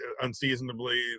unseasonably